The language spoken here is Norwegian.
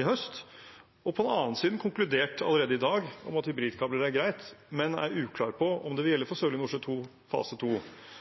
i høst, og på den annen side konkludert allerede i dag om at hybridkabler er greit, men er uklar på om det vil gjelde for Sørlige Nordsjø II fase